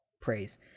praise